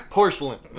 Porcelain